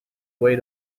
way